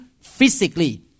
physically